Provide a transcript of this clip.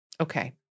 Okay